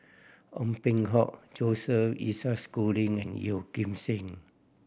Ong Peng Hock Joseph Isaac Schooling and Yeoh Ghim Seng